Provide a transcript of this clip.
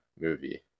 movie